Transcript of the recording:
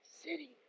city